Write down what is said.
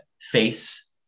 face